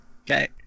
Okay